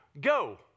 go